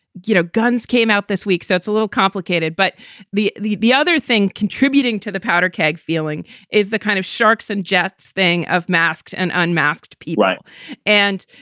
you know, guns came out this week. that's a little complicated. but the the other thing contributing to the powderkeg feeling is the kind of sharks and jets thing of masks and unmasked people. and,